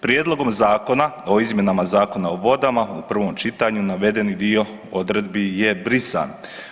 Prijedlogom Zakona o izmjenama Zakona o vodama u prvom čitanju navedeni dio odredbi je brisan.